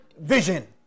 vision